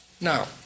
Now